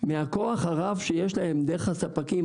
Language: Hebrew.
מהכוח הרב שיש להן דרך הספקים,